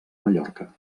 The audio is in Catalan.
mallorca